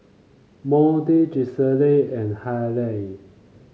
Moody Gisselle and Haylie